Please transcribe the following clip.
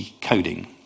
coding